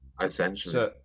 essentially